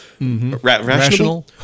rational